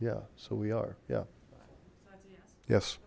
yeah so we are yeah yes